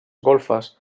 golfes